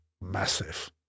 massive